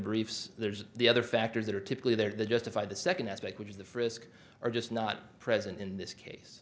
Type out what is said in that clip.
briefs there's the other factors that are typically there that justified the second aspect which is the frisk or just not present in this case